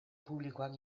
publikoak